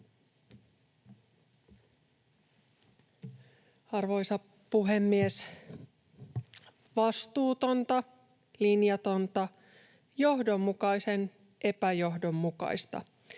Arvoisa puhemies! Vastuutonta, linjatonta, johdonmukaisen epäjohdonmukaista